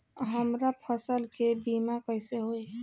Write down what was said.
हमरा फसल के बीमा कैसे होई?